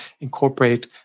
incorporate